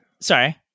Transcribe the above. sorry